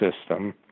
system